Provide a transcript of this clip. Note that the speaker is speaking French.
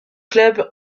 club